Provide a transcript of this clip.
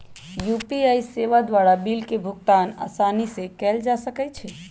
UPI सेवा द्वारा bill के भुगतान असानी से कएल जा सकइ छै